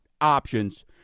options